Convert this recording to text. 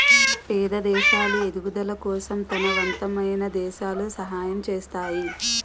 పేద దేశాలు ఎదుగుదల కోసం తనవంతమైన దేశాలు సహాయం చేస్తాయి